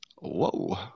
Whoa